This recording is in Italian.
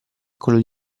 quello